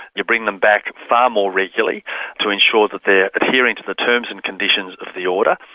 you bring them back far more regularly to ensure that they are adhering to the terms and conditions of the order.